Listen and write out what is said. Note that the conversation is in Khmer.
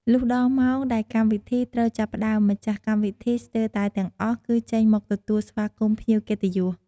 លុះដល់ម៉ោងដែលកម្មវិធីត្រូវចាប់ផ្តើម ម្ចាស់កម្មវិធីស្ទើរតែទាំងអស់គឺចេញមកទទួលស្វាគមន៍ភ្ញៀវកិត្តិយស។